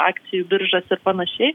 akcijų biržas ir panašiai